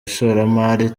ishoramari